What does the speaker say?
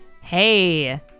Hey